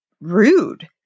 rude